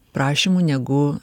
prašymų negu